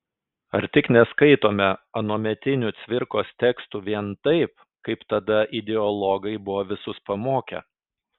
ar tik neskaitome anuometinių cvirkos tekstų vien taip kaip tada ideologai buvo visus pamokę